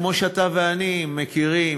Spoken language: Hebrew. כמו שאתה ואני מכירים,